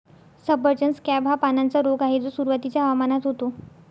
सफरचंद स्कॅब हा पानांचा रोग आहे जो सुरुवातीच्या हवामानात होतो